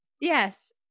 yes